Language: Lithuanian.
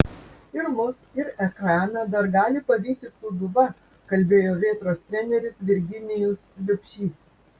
ir mus ir ekraną dar gali pavyti sūduva kalbėjo vėtros treneris virginijus liubšys